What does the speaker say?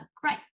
Great